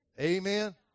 Amen